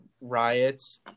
riots